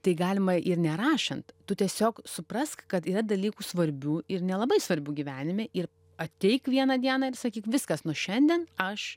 tai galima ir nerašant tu tiesiog suprask kad yra dalykų svarbių ir nelabai svarbių gyvenime ir ateik vieną dieną ir sakyk viskas nuo šiandien aš